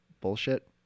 bullshit